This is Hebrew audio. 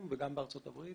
גם בארצות הברית,